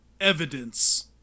evidence